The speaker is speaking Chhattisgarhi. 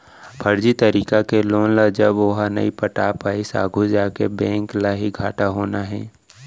फरजी तरीका के लोन ल जब ओहा नइ पटा पाइस आघू जाके बेंक ल ही घाटा होना हे